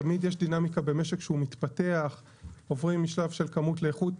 תמיד יש דינאמיקה במשק שהוא מתפתח ועוברים משלב של כמות לאיכות.